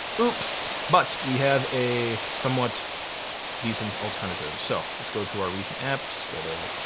oops, but we have a somewhat decent alternative. so let's go to our recent apps. go to,